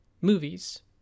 movies